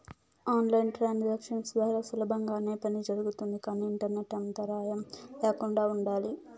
on line transactions ద్వారా సులభంగానే పని జరుగుతుంది కానీ ఇంటర్నెట్ అంతరాయం ల్యాకుండా ఉండాలి